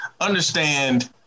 understand